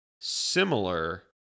similar